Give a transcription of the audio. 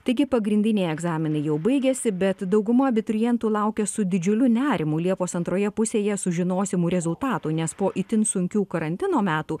taigi pagrindiniai egzaminai jau baigėsi bet dauguma abiturientų laukia su didžiuliu nerimu liepos antroje pusėje sužinosimų rezultatų nes po itin sunkių karantino metų